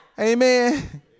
Amen